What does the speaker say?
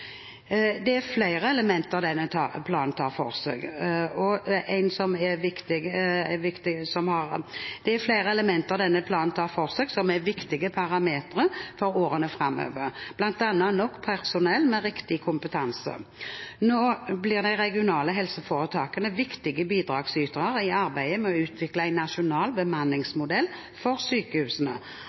Det er flere elementer denne planen tar for seg, som er viktige parametere for årene framover, bl.a. nok personell med riktig kompetanse. Nå blir de regionale helseforetakene viktige bidragsytere i arbeidet med å utvikle en nasjonal bemanningsmodell for sykehusene.